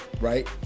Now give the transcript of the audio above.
right